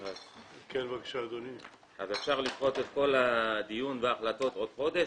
אז אפשר לדחות את כל הדיון וההחלטות לעוד חודש,